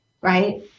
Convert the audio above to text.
right